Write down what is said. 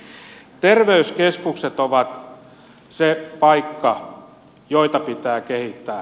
terveyskeskukset ovat se paikka jota pitää kehittää